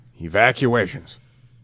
evacuations